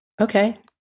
Okay